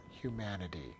humanity